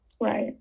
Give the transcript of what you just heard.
Right